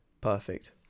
Perfect